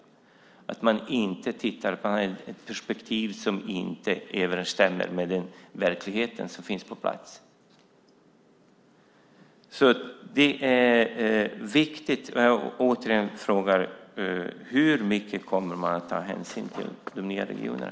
Man ska inte titta ur ett perspektiv som inte överensstämmer med den verklighet som finns på plats. Det är viktigt. Jag frågar igen: Hur mycket kommer man att ta hänsyn till de nya regionerna?